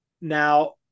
Now